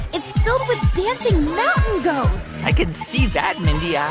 it's filled with dancing mountain goats i can see that, mindy. yeah